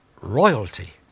royalty